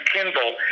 Kindle